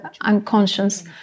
unconscious